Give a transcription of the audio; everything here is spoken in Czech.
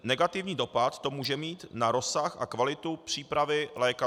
Negativní dopad to může mít na rozsah a kvalitu přípravy lékařů.